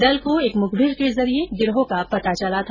दल को एक मुखबीर के जरिये गिरोह का पता चला था